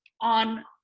on